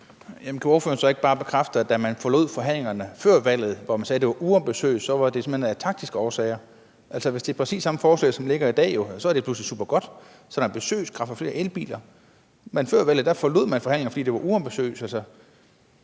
kan ordføreren ikke bare bekræfte, at da man forlod forhandlingerne før valget, hvor man sagde, at det var uambitiøst, var det simpelt hen af taktiske årsager? Altså, det er præcis det samme forslag, der ligger i dag, og det er pludselig supergodt. Det er ambitiøst og skaffer flere elbiler. Men før valget forlod man forhandlingerne, fordi det var uambitiøst.